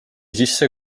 sisse